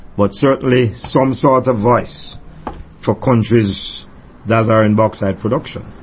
but certainly some sort of voice for countries that are in bauxite production,